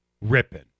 ripping